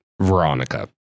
Veronica